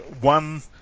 one